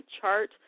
chart